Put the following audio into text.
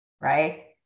right